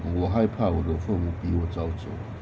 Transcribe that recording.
我害怕我的父母比我早走